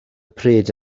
pryd